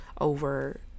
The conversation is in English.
over